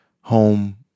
home